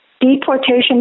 deportation